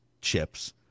chips